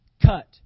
cut